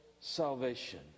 salvation